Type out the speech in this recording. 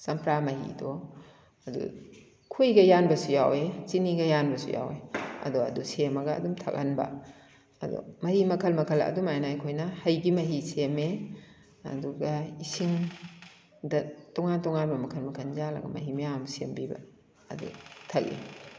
ꯆꯝꯄ꯭ꯔꯥ ꯃꯍꯤꯗꯣ ꯑꯗꯨ ꯈꯣꯍꯤꯒ ꯌꯥꯟꯕꯁꯨ ꯌꯥꯎꯏ ꯆꯤꯅꯤꯒ ꯌꯥꯟꯕꯁꯨ ꯌꯥꯎꯏ ꯑꯗꯣ ꯑꯗꯨ ꯁꯦꯝꯃꯒ ꯑꯗꯨꯝ ꯊꯥꯛꯍꯟꯕ ꯑꯗꯣ ꯃꯍꯤ ꯃꯈꯜ ꯃꯈꯜ ꯑꯗꯨꯃꯥꯏꯅ ꯑꯩꯈꯣꯏꯅ ꯍꯩꯒꯤ ꯃꯍꯤ ꯁꯦꯝꯃꯦ ꯑꯗꯨꯒ ꯏꯁꯤꯡ ꯗ ꯇꯣꯉꯥꯟ ꯇꯣꯉꯥꯟꯕ ꯃꯈꯜ ꯃꯈꯜ ꯌꯥꯜꯂꯒ ꯃꯍꯤ ꯃꯌꯥꯝ ꯁꯦꯝꯕꯤꯕ ꯑꯗꯨ ꯊꯥꯛꯏ